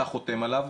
אתה חותם עליו,